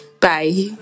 bye